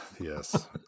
Yes